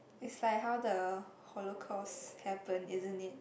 is like how the Holocaust happen isn't it